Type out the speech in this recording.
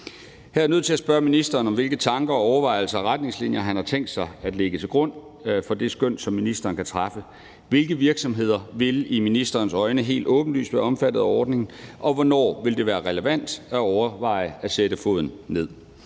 er jeg nødt til at spørge ministeren om, hvilke tanker, overvejelser og retningslinjer han har tænkt sig at lægge til grund for det skøn, som ministeren kan træffe. Hvilke virksomheder vil i ministerens øjne helt åbenlyst være omfattet af ordningen, og hvornår vil det være relevant at overveje at sætte foden ned?